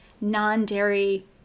non-dairy